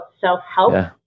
self-help